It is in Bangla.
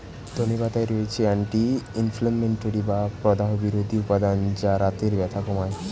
ধনে পাতায় রয়েছে অ্যান্টি ইনফ্লেমেটরি বা প্রদাহ বিরোধী উপাদান যা বাতের ব্যথা কমায়